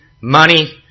money